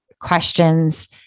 questions